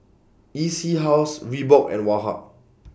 E C House Reebok and Woh Hup